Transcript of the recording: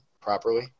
properly